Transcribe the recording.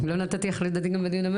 לא נתתי לך לדבר.